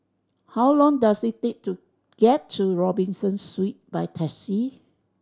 how long does it take to get to Robinson Suites by taxi